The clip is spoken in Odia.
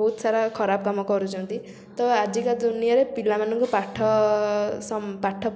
ବହୁତସାରା ଖରାପ କାମ କରୁଛନ୍ତି ତ ଆଜିକା ଦୁନିଆରେ ପିଲାମାନଙ୍କୁ ପାଠ ସମ ପାଠ